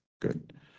Good